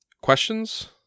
questions